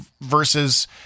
versus